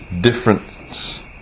difference